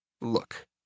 Look